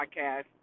podcast